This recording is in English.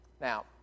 Now